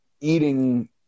eating